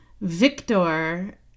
Victor